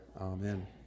Amen